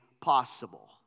possible